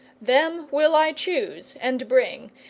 them will i chose and bring,